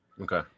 Okay